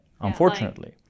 unfortunately